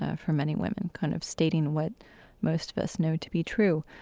ah for many women, kind of stating what most of us know to be true.